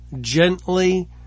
gently